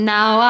Now